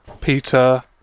Peter